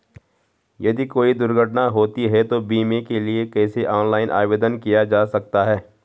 यदि कोई दुर्घटना होती है तो बीमे के लिए कैसे ऑनलाइन आवेदन किया जा सकता है?